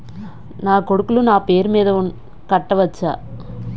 నా కొడుకులు నా పేరి మీద కట్ట వచ్చా?